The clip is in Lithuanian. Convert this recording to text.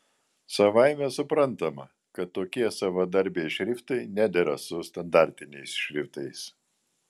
savaime suprantama kad tokie savadarbiai šriftai nedera su standartiniais šriftais